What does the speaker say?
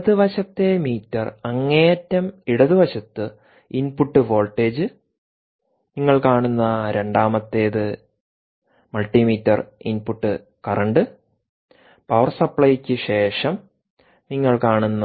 ഇടത് വശത്തെ മീറ്റർ അങ്ങേയറ്റം ഇടത് വശത്ത് ഇൻപുട്ട് വോൾട്ടേജ് നിങ്ങൾ കാണുന്ന രണ്ടാമത്തേത് മൾട്ടിമീറ്റർ ഇൻപുട്ട് കറന്റ് പവർ സപ്ലൈയ്ക്ക് ശേഷം നിങ്ങൾ കാണുന്ന